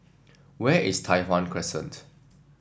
where is Tai Hwan Crescent